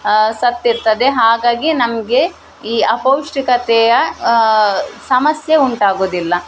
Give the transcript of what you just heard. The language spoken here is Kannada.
ಸತ್ತಿರ್ತದೆ ಹಾಗಾಗಿ ನಮಗೆ ಈ ಅಪೌಷ್ಟಿಕತೆಯ ಸಮಸ್ಯೆ ಉಂಟಾಗುವುದಿಲ್ಲ